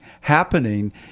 happening